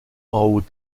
haut